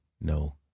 no